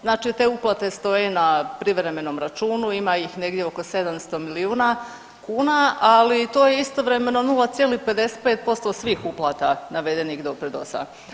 Znači te uplate stoje na privremenom računu, ima ih negdje oko 700 milijuna kuna, ali to je istovremeno 0,55% svih uplata navedenih doprinosa.